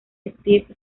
steve